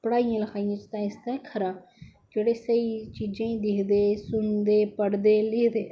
पढ़ाइयै लखाइये उस आस्ते खरा जेहडे़ स्हेई चीजें गी दिक्खदे सुनदे पढ़दे लिखदे